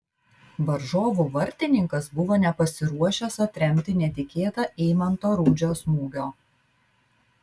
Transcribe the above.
varžovų vartininkas buvo nepasiruošęs atremti netikėtą eimanto rudžio smūgio